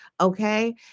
okay